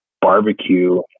barbecue